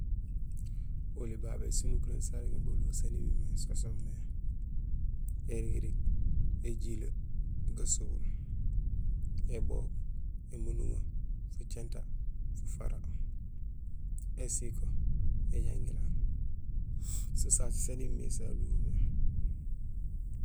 Oli babé sinukuréén sarégmé baluho saan imimé so soomé: érigirig, éjilee, gasobul, ébook, émunduŋo, fucinta, fufara, ésiko, éjangilaan, So sasé saan imimé sa luhomé.